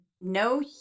no